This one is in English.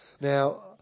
Now